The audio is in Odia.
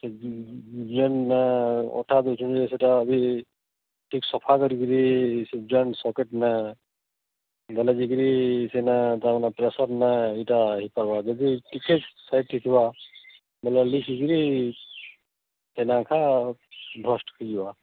ସେ ଯେନ୍ ଅଠା ଦଉଛୁଁ ଯେ ସେଇଟା ବି ଠିକ୍ ସଫା କରିକିରି ସେ ଯେନ୍ ସକେଟ୍ନେ ଦେଲେ ଯାଇକିରି ସେନେ ତାମାନେ ପ୍ରେସର୍ନେ ଏଇଟା ହେଇ ପାର୍ବା ଯଦି ଟିକେ ସଟ୍ ହେଇଥିବା ବେଲେ ଲିକ୍ ହେଇକିରି ସେଇଟା ଏଖା ବ୍ରଷ୍ଟ୍ ହେଇଯିବା